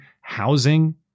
housing